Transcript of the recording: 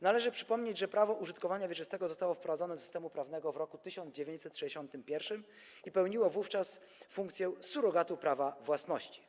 Należy przypomnieć, że prawo użytkowania wieczystego zostało wprowadzone do systemu prawnego w roku 1961 i pełniło wówczas funkcję surogatu prawa własności.